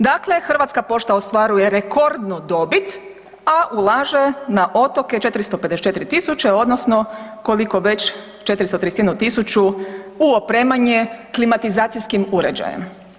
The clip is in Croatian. Dakle Hrvatska pošta ostvaruje rekordnu dobit a ulaže na otoke 454 000 odnosno koliko već, 431 000 u opremanje klimatizacijskim uređajem.